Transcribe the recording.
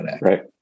Right